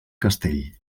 castell